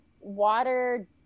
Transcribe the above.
water